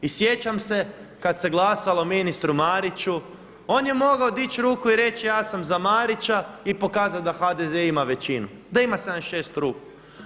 I sjećam se kad se glasalo ministru Mariću on je mogao dići ruku i reći ja sam za Marića i pokazat da HDZ ima većinu, da ima 76 ruku.